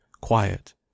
quiet